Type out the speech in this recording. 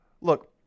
Look